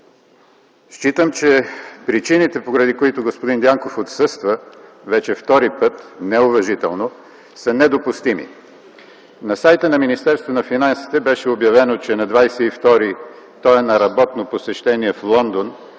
Считам, че причините, поради които господин Дянков отсъства вече втори път, неуважително, са недопустими. На сайта на Министерството на финансите беше обявено, че на 22 април т.г. той е на работно посещение в Лондон